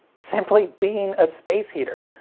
simply being a space heater.